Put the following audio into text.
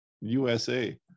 USA